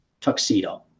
tuxedo